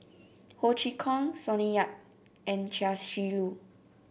Ho Chee Kong Sonny Yap and Chia Shi Lu